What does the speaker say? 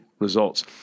Results